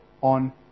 on